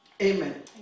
Amen